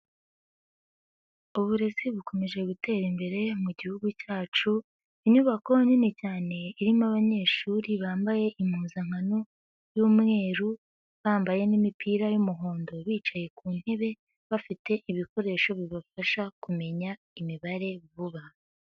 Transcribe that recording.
Uburezi bukomeje gutera imbere mu gihugu cyacu. Inyubako nini cyane irimo abanyeshuri bambaye impuzankano y'umweru, bambaye n'imipira y'umuhondo, bicaye ku ntebe bafite ibikoresho bibafasha kumenya imibare vuba.